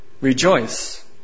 rejoice